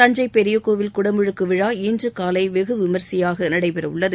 தஞ்சை பெரிய கோவில் குடமுழுக்கு விழா இன்றுகாலை வெகுவிமரிசையாக நடைபெற உள்ளது